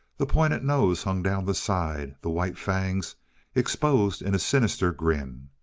the pointed nose hung down the side, the white fangs exposed in a sinister grin.